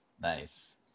Nice